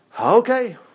Okay